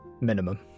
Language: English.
Minimum